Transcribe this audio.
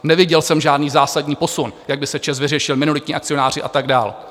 Neviděl jsem žádný zásadní posun, jak by se ČEZ vyřešil, minoritní akcionáři a tak dál.